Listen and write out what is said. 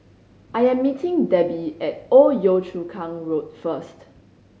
I am meeting Debi at Old Yio Chu Kang Road first